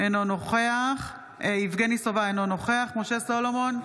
אינו נוכח משה סולומון,